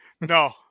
No